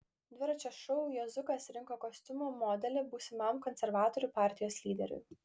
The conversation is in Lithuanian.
dviračio šou juozukas rinko kostiumo modelį būsimam konservatorių partijos lyderiui